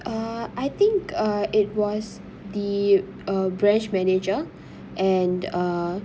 uh I think uh it was the a branch manager and uh